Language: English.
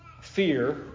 Fear